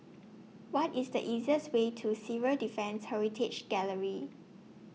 What IS The easiest Way to Civil Defence Heritage Gallery